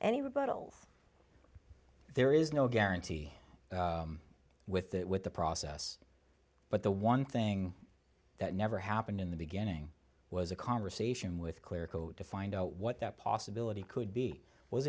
rebuttal there is no guarantee with that with the process but the one thing that never happened in the beginning was a conversation with clerical to find out what that possibility could be was